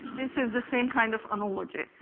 this is the same kind of analogy.